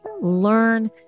learn